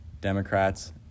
Democrats